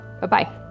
Bye-bye